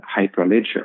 hyperledger